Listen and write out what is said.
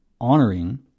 honoring